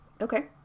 Okay